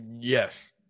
Yes